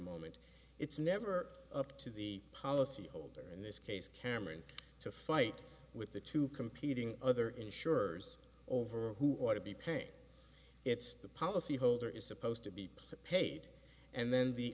moment it's never up to the policy holder in this case cameron to fight with the two competing other insurers over who ought to be paying its the policyholder is supposed to be put paid and then the